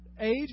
age